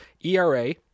ERA